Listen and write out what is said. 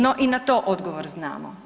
No, i na to odgovor znamo.